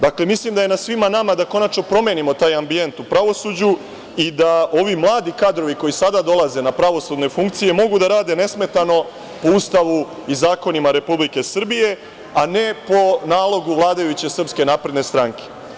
Dakle, mislim da je na svima nama da konačno promenimo taj ambijent u pravosuđu i da ovi mladi kadrovi koji sada dolaze na pravosudne funkcije, mogu da rade nesmetano po Ustavu i zakonima Republike Srbije, a ne po nalogu vladajuće SNS.